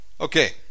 Okay